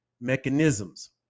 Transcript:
mechanisms